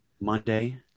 Monday